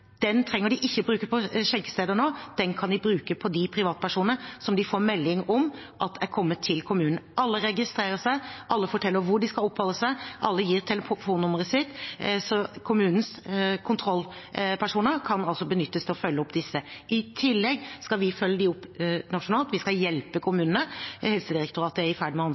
trenger de nå ikke bruke på skjenkesteder, de kan de bruke på de privatpersonene som de får melding om er kommet til kommunen. Alle registrerer seg, alle forteller hvor de skal oppholde seg, alle gir telefonnummeret sitt, så kommunens kontrollpersoner kan benyttes til å følge opp disse. I tillegg skal vi følge dem opp nasjonalt, vi skal hjelpe kommunene. Helsedirektoratet er i ferd med å